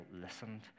listened